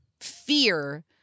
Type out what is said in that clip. fear